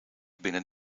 binnen